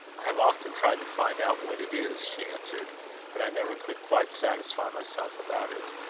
have often tried to find out what it is, she answered but i never could quite satisfy myself about it.